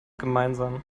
gemeinsam